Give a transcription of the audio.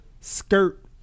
skirt